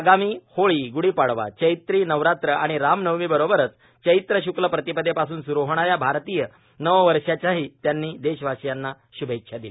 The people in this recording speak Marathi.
आगामी होळी ग्ढी पाडवा चैत्री नवरात्र आणि राम नवमी बरोबरच चैत्र शुक्ल प्रतिपदेपासून सुरू होणाऱ्या भारतीय नववर्षाच्याही त्यांनी देशवासीयांना श्भेच्छा दिल्या